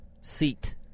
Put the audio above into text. Seat